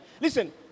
Listen